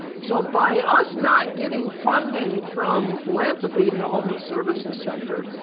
so by us not getting funding from philanthropy in the homeless services sector,